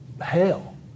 hell